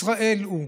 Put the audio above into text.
ישראל הוא".